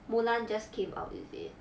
mulan just came out is it